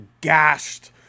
gashed